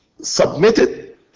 submitted